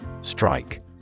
Strike